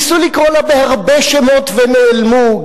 ניסו לקרוא לה בהרבה שמות ונעלמו.